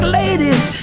ladies